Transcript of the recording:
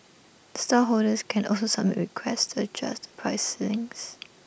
stallholders can also submit requests to adjust the price ceilings